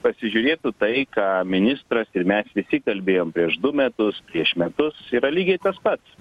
pasižiūrėtų tai ką ministras ir mes visi kalbėjom prieš du metus prieš metus yra lygiai tas pats